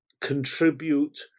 contribute